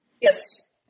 Yes